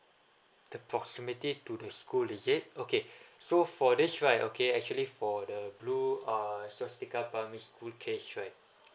the proximity to the school is it okay so for this right okay actually for the blue uh softical primary school case right